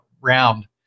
round